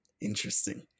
Interesting